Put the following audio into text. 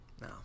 No